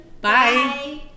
Bye